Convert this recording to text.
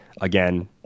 Again